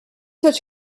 such